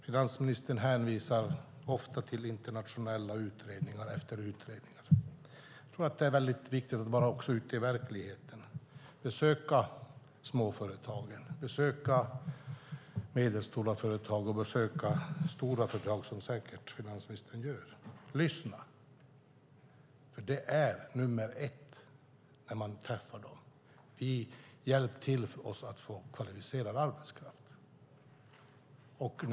Finansministern hänvisar ofta till internationella utredningar. Jag tror att det är viktigt att också vara ute i verkligheten och besöka småföretag, medelstora företag och stora företag, som finansministern säkert gör. Lyssna! Nummer ett när man träffar dem är: Hjälp oss att få kvalificerad arbetskraft!